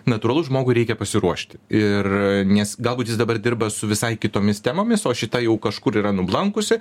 natūralu žmogui reikia pasiruošti ir nes galbūt jis dabar dirba su visai kitomis temomis o šita jau kažkur yra nublankusi